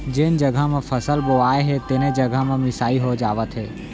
जेन जघा म फसल बोवाए हे तेने जघा म मिसाई हो जावत हे